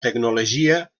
tecnologia